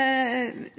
enige om.